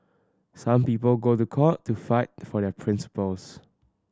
some people go to court to fight for their principles